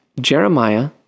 Jeremiah